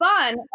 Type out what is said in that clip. fun